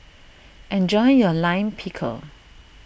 enjoy your Lime Pickle